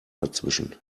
dazwischen